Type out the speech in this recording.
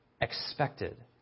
expected